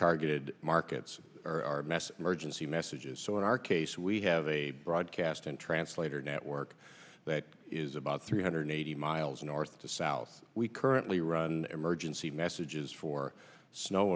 targeted markets are emergency messages so in our case we have a broadcasting translator network that is about three hundred eighty miles north to south we currently run emergency messages for snow